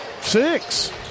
Six